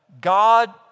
God